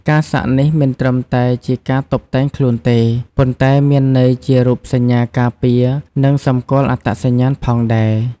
ការសាក់នេះមិនត្រឹមតែជាការតុបតែងខ្លួនទេ ប៉ុន្តែមានន័យជារូបសញ្ញាការពារ និងសម្គាល់អត្តសញ្ញាណផងដែរ។